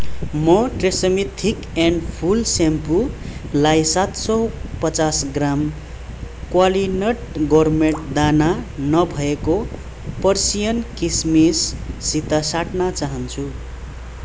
म Tresemme thick and full स्याम्पोलाई सात सय पचास ग्राम क्वालिनट गोर्मेट दाना नभएको पर्सियन किसमिससित साट्न चाहन्छु